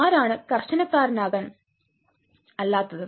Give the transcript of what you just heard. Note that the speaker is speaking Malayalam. ആരാണ് കർക്കശക്കാരൻ അല്ലാത്തത്